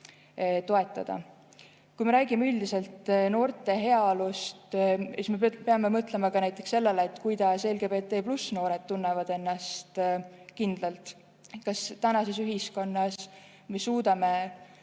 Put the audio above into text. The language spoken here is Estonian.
Kui me räägime üldiselt noorte heaolust, siis me peame mõtlema ka näiteks sellele, kas LGBT+ noored tunnevad ennast kindlalt. Kas tänases ühiskonnas me suudame